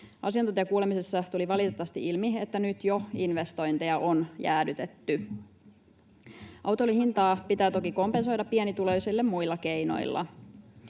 Asiantuntijakuulemisessa tuli valitettavasti ilmi, että jo nyt investointeja on jäädytetty. Autoilun hintaa pitää toki kompensoida pienituloisille muilla keinoilla,